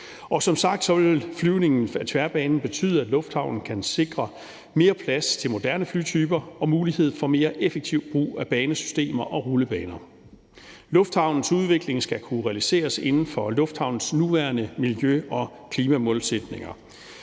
Og som sagt vil flytningen af tværbanen betyde, at lufthavnen kan sikre mere plads til moderne flytyper og mulighed for mere effektiv brug af banesystemer og rullebaner. Lufthavnens udvikling skal kunne realiseres inden for lufthavnens nuværende miljø- og klimamålsætninger.